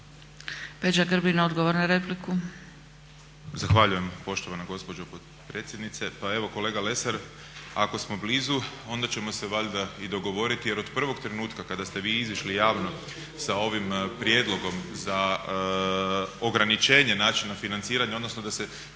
Peđa Grbin, odgovor na repliku.